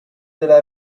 della